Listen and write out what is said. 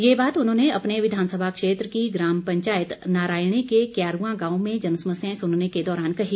ये बात उन्होंने अपने विधानसभा क्षेत्र की ग्राम पंचायत नारायणी के क्यारूआ गांव में जनसमस्याएं सुनने के दौरान कही